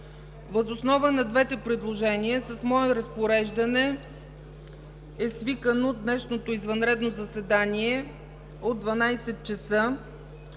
Въз основа на двете предложения с мое разпореждане е свикано днешното извънредно заседание от 12,00